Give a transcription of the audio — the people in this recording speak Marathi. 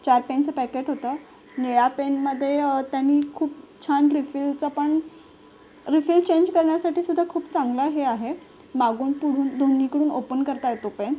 चार पेनचं पॅकेट होतं निळा पेनमध्ये त्यांनी खूप छान रिफिलचा पण रिफील चेंज करण्यासाठीसुद्धा खूप चांगलं हे आहे मागून पुढून दोन्हीकडून ओपन करता येतो पेन